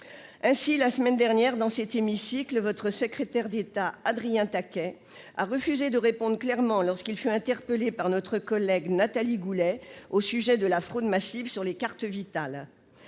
Ainsi, la semaine dernière, dans cet hémicycle, le secrétaire d'État Adrien Taquet a refusé de répondre clairement lorsqu'il fut interpellé par notre collègue Nathalie Goulet au sujet de la fraude massive sur les cartes Vitale.